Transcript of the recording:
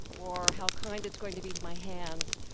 or how kind it's going to be to my hands,